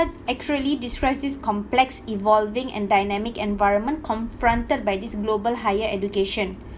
accurately describes this complex evolving and dynamic environment confronted by this global higher education